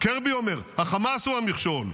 קירבי אומר: החמאס הוא המכשול,